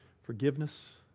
Forgiveness